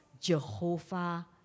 Jehovah